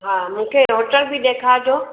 हा मूंखे होटल बि ॾेखारिजो